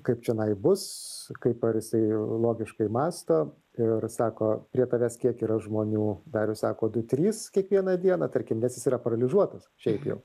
kaip čionai bus kaip ar jisai logiškai mąsto ir sako prie tavęs kiek yra žmonių darius sako du trys kiekvieną dieną tarkim nes jis yra paralyžiuotas šiaip jau